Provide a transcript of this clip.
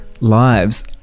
lives